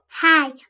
Hi